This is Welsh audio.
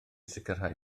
sicrhau